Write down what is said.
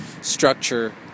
structure